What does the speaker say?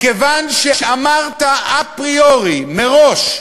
מכיוון שאמרת אפריורי, מראש,